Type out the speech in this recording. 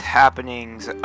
happenings